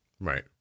Right